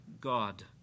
God